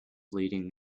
leading